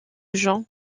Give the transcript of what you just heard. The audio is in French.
gen